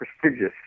prestigious